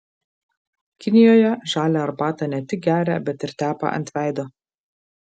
kinijoje žalią arbatą ne tik geria bet ir tepa ant veido